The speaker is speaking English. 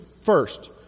first